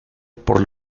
por